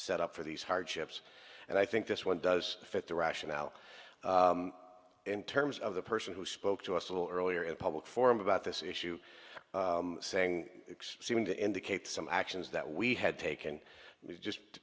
up for these hardships and i think this one does fit the rationale in terms of the person who spoke to us a little earlier in a public forum about this issue saying seemed to indicate some actions that we had taken just